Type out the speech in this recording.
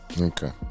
Okay